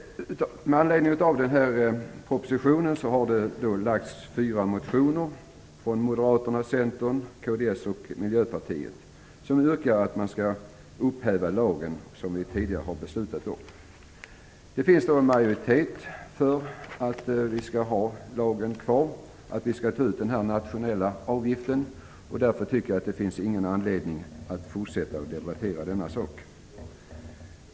Med anledning av propositionen har det väckts fyra motioner, från Moderaterna, Centern, Kristdemokraterna och Miljöpartiet, där det yrkas att den tidigare beslutade lagen skall upphävas. Det finns en majoritet för att lagen skall vara kvar och för att den nationella avgiften skall tas ut. Jag tycker därför att det inte finns någon anledning till att fortsätta att debattera denna fråga.